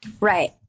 Right